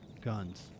guns